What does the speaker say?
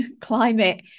climate